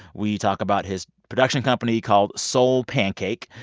we talk about his production company called soulpancake.